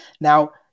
Now